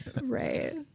Right